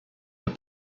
your